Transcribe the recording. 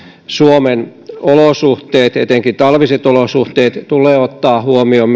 suomen olosuhteet etenkin talviset olosuhteet tulee myöskin ottaa huomioon